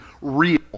real